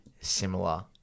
similar